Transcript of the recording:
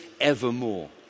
evermore